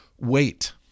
wait